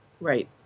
Right